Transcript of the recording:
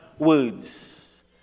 words